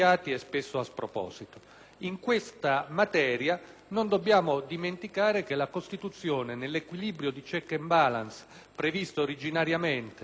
In questa materia non dobbiamo dimenticare che la Costituzione nell'equilibrio di *checks and balances* previsto originariamente per